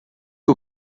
que